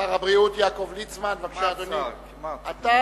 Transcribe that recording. שר הבריאות יעקב ליצמן, בבקשה, אדוני.